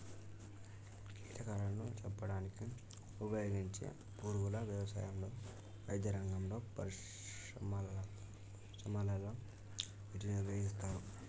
కీటకాలాను చంపడానికి ఉపయోగించే పురుగుల వ్యవసాయంలో, వైద్యరంగంలో, పరిశ్రమలలో వీటిని ఉపయోగిస్తారు